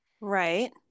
Right